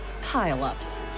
pile-ups